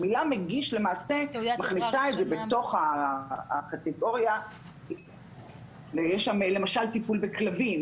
שהיא למעשה מכניסה את זה לתוך הקטגוריה --- יש למשל טיפול בכלבים,